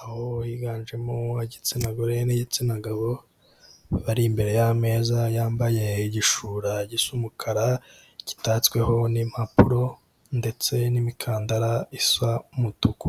aho higanjemo igitsina gore n'igitsina gabo, bari imbere y'ameza, yambaye igishura gisa umukara gitatsweho n'impapuro ndetse n'imikandara isa umutuku.